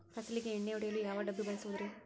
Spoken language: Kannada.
ಫಸಲಿಗೆ ಎಣ್ಣೆ ಹೊಡೆಯಲು ಯಾವ ಡಬ್ಬಿ ಬಳಸುವುದರಿ?